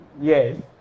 yes